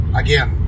again